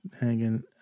hanging